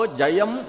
Jayam